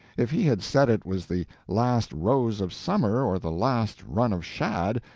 if he had said it was the last rose of summer or the last run of shad,